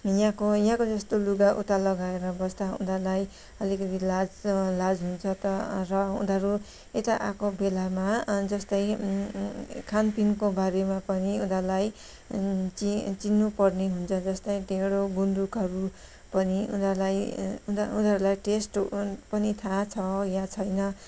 यहाँको यहाँको जस्तो लुगा उता लगाएर बस्दा उनीहरूलाई अलिकति लाज लाज हुन्छ त र उनीहरू यता आएको बेलामा जस्तै खानपिनको बारेमा पनि उनीहरूलाई चि चिन्नु पर्ने हुन्छ जस्तै ढेँडो गुन्द्रुकहरू पनि उनीहरूलाई टेस्ट पनि थाहा छ या छैन